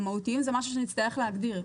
המהותי זה משהו שנצטרך להגדיר.